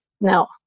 no